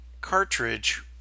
cartridge